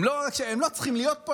הם לא צריכים להיות פה.